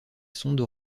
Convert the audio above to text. sonde